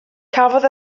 cafodd